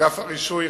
אגף הרישוי,